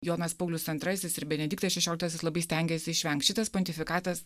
jonas paulius antrasis ir benediktas šešioliktasis labai stengėsi išvengt šitas pontifikatas